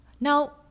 Now